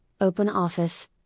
OpenOffice